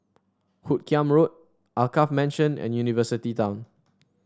Hoot Kiam Road Alkaff Mansion and University Town